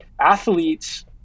athletes